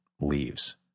leaves